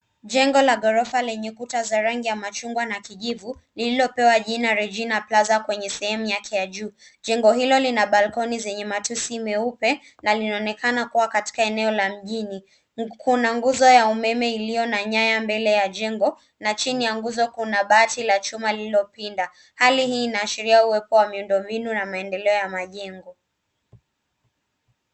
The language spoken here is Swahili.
Jengo la gorofa lenye kuta za rangi majungwa na kijivu lililopewa jina Regina Plaza kwenye sehemu yake ya juu. Jengo hilo lina balcony zenye matuzi meupe na inaonekana kuwa katika eneo la mjini. Kuna nguzo ya umme ulio na nyanya mbele ya jengo na jini ya nguzo kuna baji la chuma iliopinda. Hali unaashiria kuwepo wa miundobinu na maendeleo ya majengo.